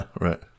right